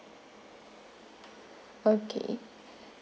okay